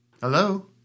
Hello